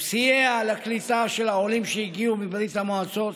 הוא סייע בקליטה של העולים שהגיעו מברית המועצות